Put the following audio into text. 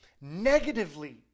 negatively